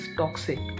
toxic